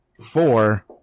four